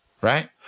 Right